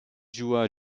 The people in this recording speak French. joua